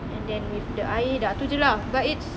and then with the air dah tu jer lah but it's